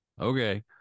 okay